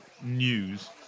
news